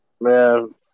man